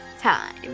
time